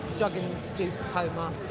drug-induced coma.